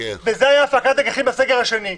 זה היה הפקת לקחים מן הסגר השני.